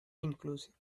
inclusive